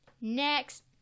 Next